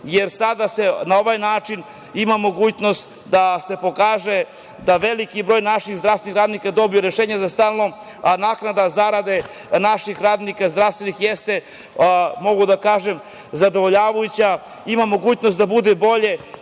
jer sada se na ovaj način ima mogućnosti da se pokaže da veliki broj naših zdravstvenih radnika dobiju rešenje za stalno, a naknada zarade naših radnika zdravstvenih jeste, mogu da kažem, zadovoljavajuća, ima mogućnost da bude bolje,